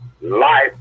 life